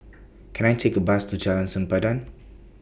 Can I Take A Bus to Jalan Sempadan